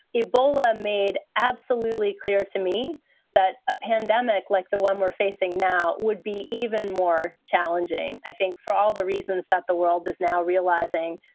ebola made absolutely clear to me that a pandemic like the one we're facing now would be even more challenging, i think, for all the reasons that the world is now realizing.